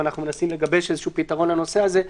ואנחנו מנסים לגבש איזשהו פתרון לנושא הזה,